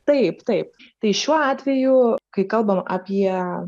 taip taip tai šiuo atveju kai kalbam apie